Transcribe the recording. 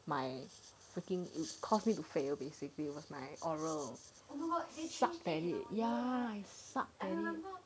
my freaking cause me to fail basically it was my oral suck at it suck at it